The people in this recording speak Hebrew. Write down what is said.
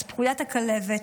אז פקודת הכלבת,